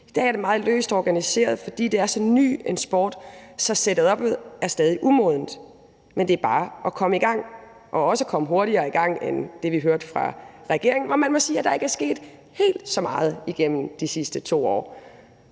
I dag er det meget løst organiseret, fordi det er så ny en sport, så setuppet er stadig umodent, men det er bare at komme i gang og også komme hurtigere i gang end det, vi hørte fra regeringen. Og man må sige, at der ikke er sket helt så meget igennem de sidste 2 år.